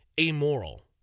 amoral